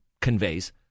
conveys